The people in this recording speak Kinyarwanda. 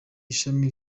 ishami